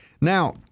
Now